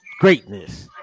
greatness